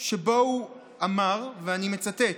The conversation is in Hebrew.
שבו אמר, ואני מצטט: